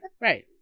Right